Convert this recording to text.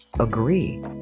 agree